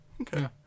okay